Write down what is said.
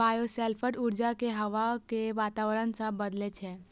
bioshelter ऊर्जा कें हवा के वातावरण सं बदलै छै